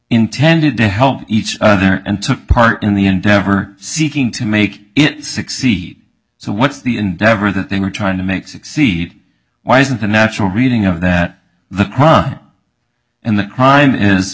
intended to help each other and took part in the endeavor seeking to make it succeed so what's the endeavor that they were trying to make succeed why isn't a natural reading of that the crime